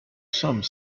some